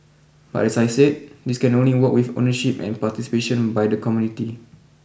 but as I said this can only work with ownership and participation by the community